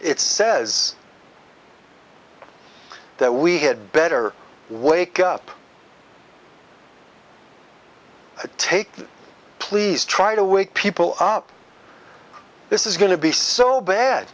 it says that we had better wake up take please try to wake people up this is going to be so bad